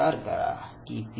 विचार करा की पी